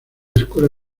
escuela